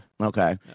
Okay